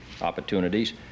opportunities